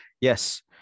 yes